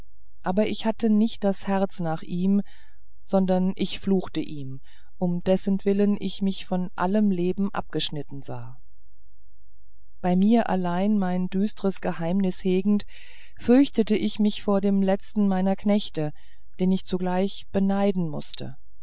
aber ich hatte nicht das herz nach ihm sondern ich fluchte ihm um dessentwillen ich mich von allem leben abgeschnitten sah bei mir allein mein düstres geheimnis hegend fürchtete ich mich vor dem letzten meiner knechte den ich zugleich beneiden mußte